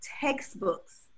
textbooks